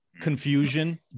confusion